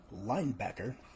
linebacker